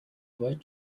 avoid